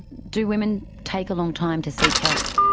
do women take a long time to seek help?